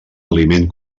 aliment